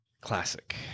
Classic